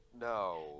No